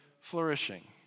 flourishing